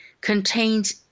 contains